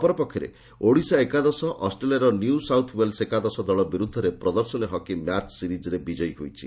ଅପରପକ୍ଷରେ ଓଡିଶା ଏକାଦଶ ଅଷ୍ଟ୍ରେଲିଆର ନ୍ୟୁ ସାଉଥ୍ ଓ୍ୱେଲ୍ସ ଏକାଦଶ ଦଳ ବିରୁଦ୍ଧରେ ପ୍ରଦର୍ଶନୀ ହକି ମ୍ୟାଚ ସିରିଜ୍ରେ ବିଜୟୀ ହୋଇଛି